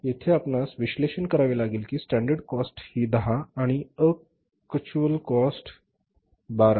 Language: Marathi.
येथे आपणास विश्लेषण करावे लागेल कि स्टॅंडर्ड कॉस्ट होती १० आणि अकचुअल कॉस्ट आहे १२